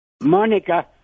Monica